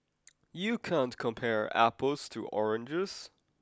you can't compare apples to oranges